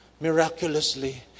miraculously